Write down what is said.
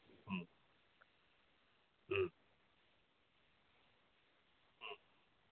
ꯎꯝ ꯎꯝ ꯎꯝ